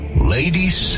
Ladies